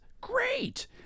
Great